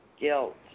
guilt